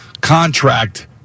contract